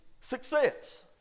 success